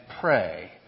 pray